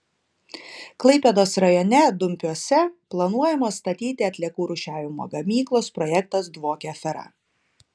klaipėdos rajone dumpiuose planuojamos statyti atliekų rūšiavimo gamyklos projektas dvokia afera